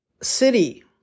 city